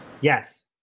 Yes